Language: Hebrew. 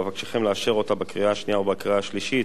ואבקשכם לאשר אותה בקריאה השנייה ובקריאה השלישית,